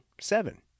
Seven